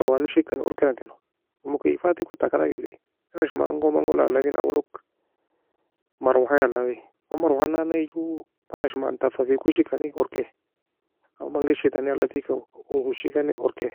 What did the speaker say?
urshirkani orkiera en keno مكيفات ekon taka alag eli man ashman go mango alafin awoe log مروحة alafi man مروحة nan ne joe man ashman tufafeika urshikani orkai او man قش tani alafika urshikan orkaie.